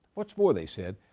what's more, they said,